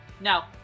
No